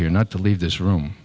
here not to leave this room